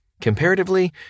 Comparatively